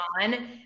on